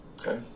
okay